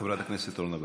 חברת הכנסת אורנה ברביבאי.